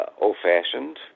old-fashioned